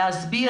להסביר.